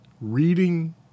reading